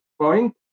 point